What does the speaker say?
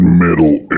middle